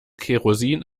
kerosin